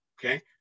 okay